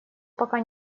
пока